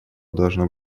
должно